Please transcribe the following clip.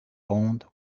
owned